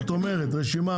למשל,